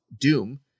Doom